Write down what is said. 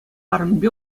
арӑмӗпе